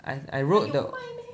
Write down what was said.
I I rode the